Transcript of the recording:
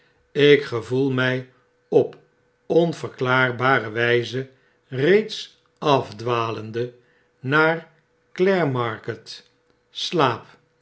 ik gevoel mjj op onverklaarbare wijze reeds afdwalende naar clare market slaap